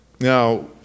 now